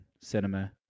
cinema